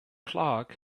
clark